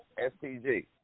STG